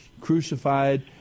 crucified